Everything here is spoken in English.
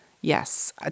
Yes